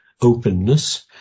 openness